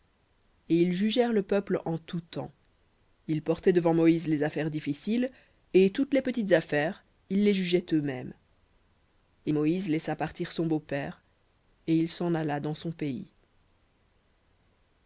et ils jugèrent le peuple en tout temps ils portaient devant moïse les affaires difficiles et toutes les petites affaires ils les jugeaient eux-mêmes et moïse laissa partir son beau-père et il s'en alla dans son pays